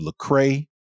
Lecrae